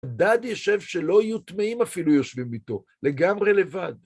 בדד ישב, שלא יהיו טמאים אפילו יושבים איתו, לגמרי לבד.